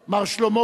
מר שלמה קלדרון,